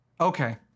Okay